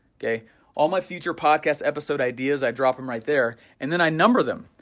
okay all my future podcast episode ideas, i drop them right there and then i number them,